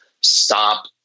stop